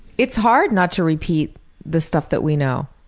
it's hard not to repeat the stuff that we know.